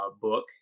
book